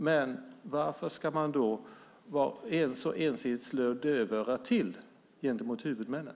Men varför ska man då så ensidigt slå dövörat till gentemot huvudmännen?